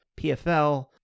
pfl